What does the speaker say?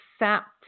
accept